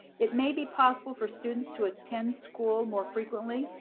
it may be possible for students to attend school more frequently,